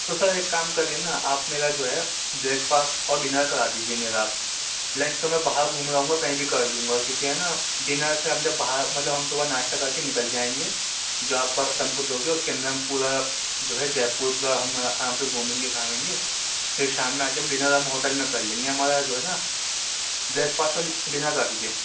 تو سر ایک کام کریے نا آپ میرا جو ہے بریک فاسٹ اور ڈنر کرا دیجیے میرا آپ لنچ تو میں باہر گھوم رہا ہوں گا کہیں بھی کر لوں گا کیونکہ ہے نا ڈنر سے ہم جب باہر مطلب ہم صبح ناشتہ کر کے نکل جائیں گے جو آپ بس ہم کو دوگے اس کے اندر ہم پورا جو ہے جےپور پورا ہم آرام سے گھومیں گے گھامیں گے پھر شام میں آ کے ہم ڈنر ہم ہوٹل میں کر لیں گے ہمارا جو ہے نا بریک فاسٹ اور ڈنر کرا دیجیے